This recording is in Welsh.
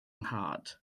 nhad